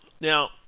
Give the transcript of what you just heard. Now